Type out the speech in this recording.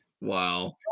Wow